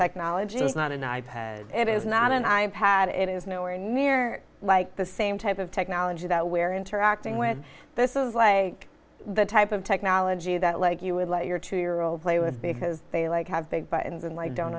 technology is not an i pad it is not an i pad it is nowhere near like the same type of technology that we're interacting with this is like the type of technology that like you would let your two year old play with because they like have big buttons and i don't